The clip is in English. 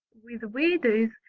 with waders,